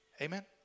Amen